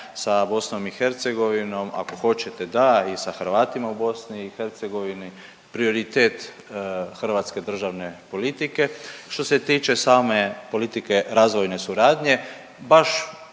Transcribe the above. sa BiH, ako hoćete da i sa Hrvatima u BiH prioritet hrvatske državne politike. Što se tiče same politike razvojne suradnje baš